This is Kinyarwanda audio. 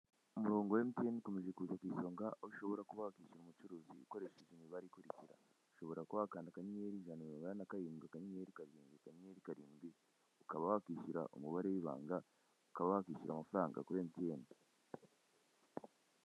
Umurongo emutiyene ukomeje kuza ku isonga ushobora kuba wakishyura umucuruzi ukoresheje imibare ikurikira, ushobora gkuba wakanda akanyenyeri ijana na mirongo inani na karindwi, akanyeneri karindwi akanyenyeri karindwi ukaba wakwishyura umubare w'ibanga ukaba wakwishyura amafaranga kuri emutiyene.